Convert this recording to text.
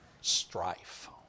strife